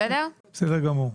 בסדר גמור.